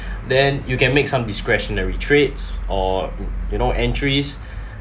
then you can make some discretionary trades or you know entries